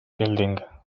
building